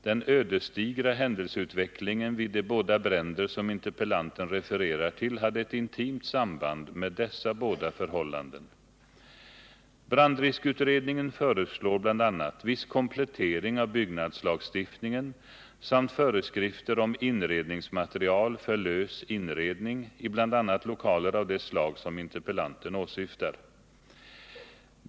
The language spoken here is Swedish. Den ödesdigra händelseutvecklingen vid de båda bränder som interpellanten refererar till hade ett intimt samband med dessa båda förhållanden. Brandriskutredningen föreslår bl.a. viss komplettering av byggnadslagstiftningen samt föreskrifter om inredningsmaterial för lös inredning i bl.a. lokaler av det slag som interpellanten åsyftar.